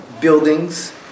buildings